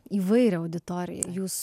įvairią auditoriją jūs